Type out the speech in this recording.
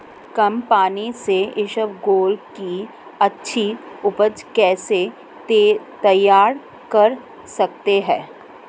कम पानी से इसबगोल की अच्छी ऊपज कैसे तैयार कर सकते हैं?